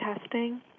testing